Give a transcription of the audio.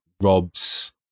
Rob's